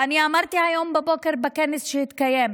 אמרתי היום בבוקר בכנס שהתקיים: